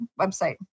website